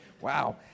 Wow